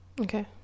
okay